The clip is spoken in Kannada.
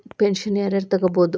ಪೆನ್ಷನ್ ಯಾರ್ ಯಾರ್ ತೊಗೋಬೋದು?